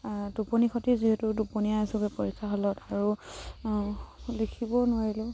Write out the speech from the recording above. টোপনি খটি যিহেতু টোপনিয়াই আছোঁগে পৰীক্ষা হলত আৰু লিখিবও নোৱাৰিলোঁ